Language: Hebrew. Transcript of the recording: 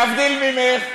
להבדיל ממך,